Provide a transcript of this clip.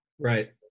Right